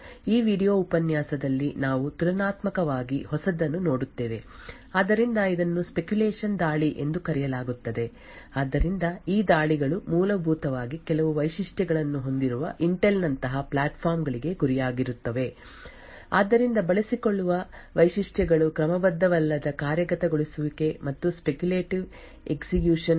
ಈ ವೀಡಿಯೊ ಉಪನ್ಯಾಸದಲ್ಲಿ ನಾವು ತುಲನಾತ್ಮಕವಾಗಿ ಹೊಸದನ್ನು ನೋಡುತ್ತೇವೆ ಆದ್ದರಿಂದ ಇದನ್ನು ಸ್ಪೆಕ್ಯುಲೇಷನ್ ದಾಳಿ ಎಂದು ಕರೆಯಲಾಗುತ್ತದೆ ಆದ್ದರಿಂದ ಈ ದಾಳಿಗಳು ಮೂಲಭೂತವಾಗಿ ಕೆಲವು ವೈಶಿಷ್ಟ್ಯಗಳನ್ನು ಹೊಂದಿರುವ ಇಂಟೆಲ್ ನಂತಹ ಪ್ಲಾಟ್ಫಾರ್ಮ್ ಗಳಿಗೆ ಗುರಿಯಾಗಿರುತ್ತವೆ ಆದ್ದರಿಂದ ಬಳಸಿಕೊಳ್ಳುವ ವೈಶಿಷ್ಟ್ಯಗಳು ಕ್ರಮಬದ್ಧವಲ್ಲದ ಕಾರ್ಯಗತಗೊಳಿಸುವಿಕೆ ಮತ್ತು ಸ್ಪೆಕುಲೇಟಿವ್ ಎಸ್ಎಕ್ಯುಷನ್